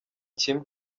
kimwe